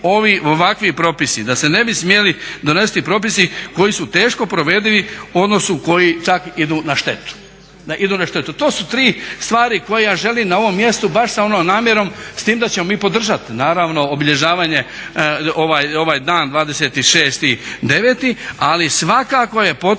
donositi ovakvi propisi, da se ne bi smjeli donositi propisi koji su teško provedivi u odnosu koji čak idu na štetu. To su tri stvari koje ja želim na ovom mjestu baš sa ono namjerom s tim da ćemo mi podržati naravno obilježavanje ovaj dan 26.9., ali svakako je potrebno